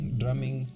drumming